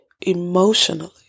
emotionally